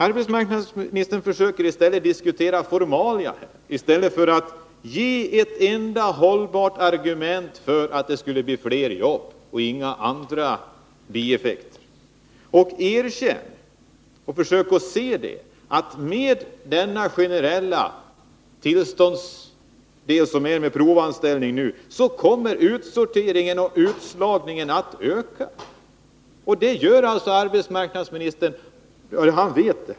Arbetsmarknadsministern försöker diskutera formalia i stället för att ge ett enda hållbart argument för att det skulle bli fler jobb och inga andra bieffekter. Försök att se och erkänna att med den generella tillståndsdel som rör provanställningen kommer utsorteringen och utslagningen att öka. Det vet arbetsmarknadsministern.